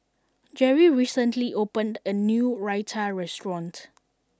Jerry recently opened a new Raita restaurant